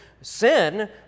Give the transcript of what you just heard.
sin